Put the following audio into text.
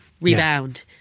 rebound